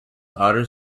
otter